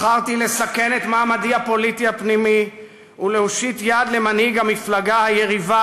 בחרתי לסכן את מעמדי הפוליטי הפנימי ולהושיט יד למנהיג המפלגה היריבה,